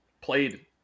played